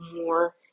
more